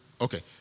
Okay